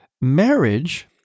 Marriage